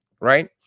right